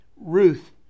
Ruth